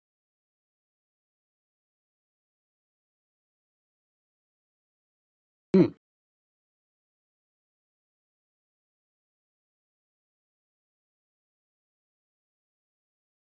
mm